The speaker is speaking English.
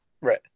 Right